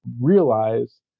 realize